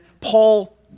Paul